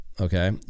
Okay